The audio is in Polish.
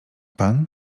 pan